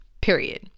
period